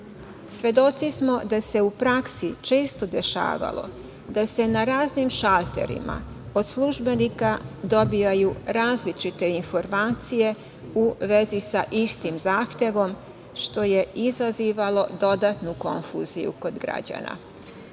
pitali. Svedoci smo da se u praksi često dešavalo da se na raznim šalterima od službenika dobijaju različite informacije u vezi sa istim zahtevom, što je izazivalo dodatnu konfuziju kod građana.